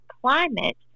climate